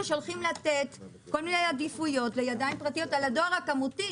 שהולכים לתת כל מיני עדיפויות לידיים פרטיות על הדואר הכמותי.